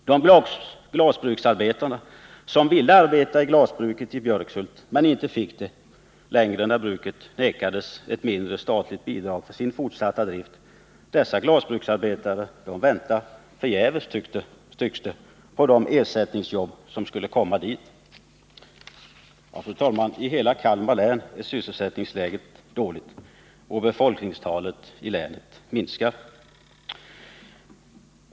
De glasbruksarbetare som ville arbeta vid glasbruket i Björkshult men inte fick det längre, när bruket vägrades ett mindre statligt bidrag för sin fortsatta drift, väntar förgäves, tycks det, på de ersättningsjobb som skulle komma dit. Fru talman! I hela Kalmar län är sysselsättningsläget dåligt, och befolkningstalet i länet minskar.